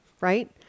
right